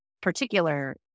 particular